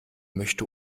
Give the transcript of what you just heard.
möchte